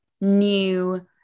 new